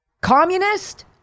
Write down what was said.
Communist